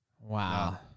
Wow